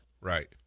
Right